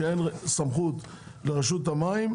שאומר שאין סמכות לרשות המים,